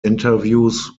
interviews